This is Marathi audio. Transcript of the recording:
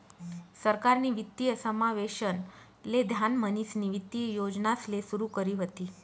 सरकारनी वित्तीय समावेशन ले ध्यान म्हणीसनी वित्तीय योजनासले सुरू करी व्हती